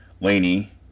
Laney